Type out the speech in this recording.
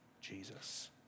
Jesus